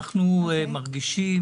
אנחנו מרגישים